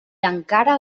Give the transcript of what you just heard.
encara